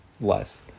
less